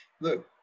look